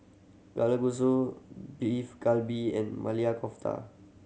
Kalguksu Beef Galbi and Maili Kofta